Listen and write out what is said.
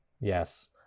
Yes